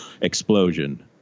Explosion